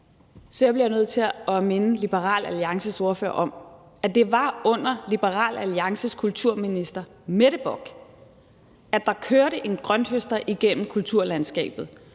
først bliver jeg nødt til at minde Liberal Alliances ordfører om, at det var under Liberal Alliances kulturminister, Mette Bock, at der kørte en grønthøster igennem kulturlandskabet